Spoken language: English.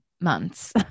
months